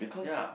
ya